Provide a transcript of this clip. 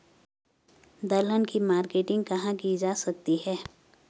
दलहन की मार्केटिंग कहाँ की जा सकती है?